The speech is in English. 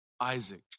Isaac